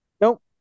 Nope